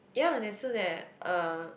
ya that so that uh